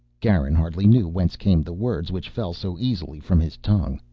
garin hardly knew whence came the words which fell so easily from his tongue.